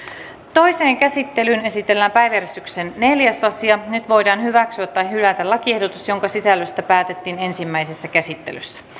toiseen käsittelyyn esitellään päiväjärjestyksen neljäs asia nyt voidaan hyväksyä tai hylätä lakiehdotus jonka sisällöstä päätettiin ensimmäisessä käsittelyssä